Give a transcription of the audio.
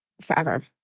Forever